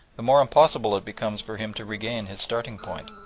the more impossible it becomes for him to regain his starting-point.